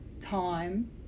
time